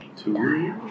Two